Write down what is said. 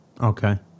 Okay